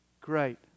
Great